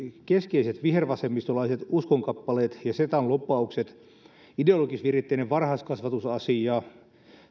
keskeiset vihervasemmistolaiset uskonkappaleet ja setan lupaukset ideologisviritteinen varhaiskasvatusasia